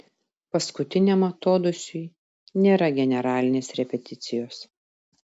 paskutiniam atodūsiui nėra generalinės repeticijos